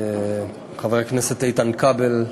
חבר הכנסת איתן כבל,